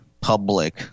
public